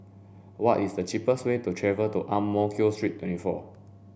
what is the cheapest way to Ang Mo Kio Street twenty four